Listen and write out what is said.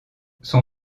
son